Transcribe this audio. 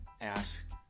ask